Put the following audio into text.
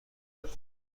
برم